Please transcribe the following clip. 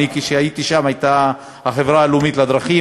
כשהייתי שם זה היה החברה הלאומית לדרכים,